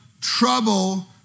trouble